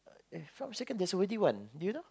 uh eh if I'm not mistaken there's already one do you know